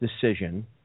decision